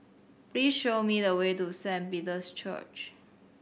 please show me the way to Saint Peter's Church